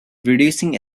reducing